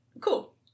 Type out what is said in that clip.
Cool